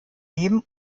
leben